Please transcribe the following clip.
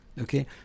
Okay